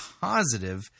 positive